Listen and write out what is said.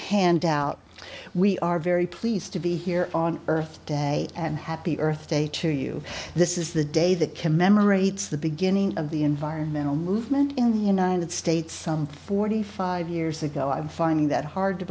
handout we are very pleased to be here on earth day and happy earth day to you this is the day that commemorates the beginning of the environmental movement in the united states some forty five years ago i'm finding that hard to